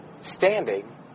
standing